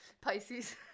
Pisces